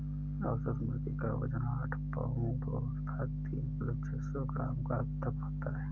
औसत मुर्गी क वजन आठ पाउण्ड अर्थात तीन किलो छः सौ ग्राम तक होता है